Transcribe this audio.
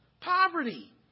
Poverty